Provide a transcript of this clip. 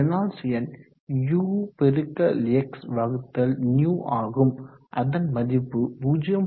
Reynolds எண் uxυ ஆகும் அதன் மதிப்பு 0